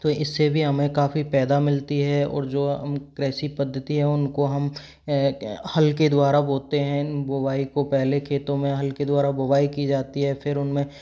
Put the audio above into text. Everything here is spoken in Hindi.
तो इससे भी हमे काफी पैदा मिलती है और जो कृषि पद्धति है उनको हम हल के द्वारा बोते है बुआई को पहले खेतो में हल के द्वारा बुआई की जाती है फिर उनमें